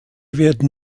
werden